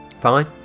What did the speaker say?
Fine